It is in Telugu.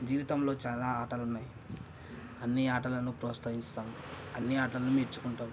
జీవితంలో చాలా ఆటలున్నాయి అన్ని ఆటలను ప్రోస్తహిస్తాం అన్ని ఆటలు నేర్చుకుంటం